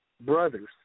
brothers